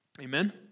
Amen